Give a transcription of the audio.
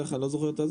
אני לא זוכר.